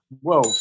Whoa